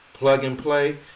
plug-and-play